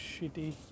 shitty